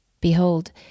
Behold